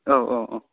औ औ औ